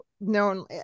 known